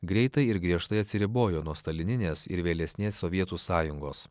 greitai ir griežtai atsiribojo nuo stalininės ir vėlesnės sovietų sąjungos